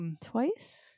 Twice